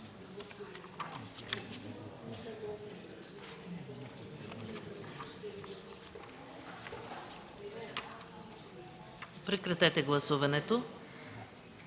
Прекратете гласуването!